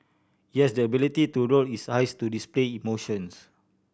it has the ability to roll its eyes to display emotions